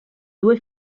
due